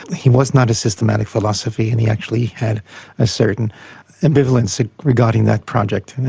he was not a systematic philosophy, and he actually had a certain ambivalence regarding that project.